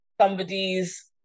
somebody's